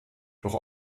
doch